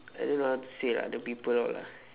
I don't know how to say ah the people all ah